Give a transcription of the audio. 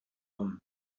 him